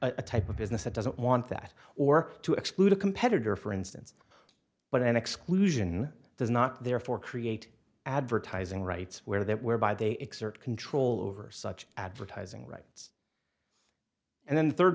a type of business that doesn't want that or to exclude a competitor for instance but an exclusion does not therefore create advertising rights where that whereby they exert control over such advertising rights and then the third